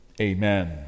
Amen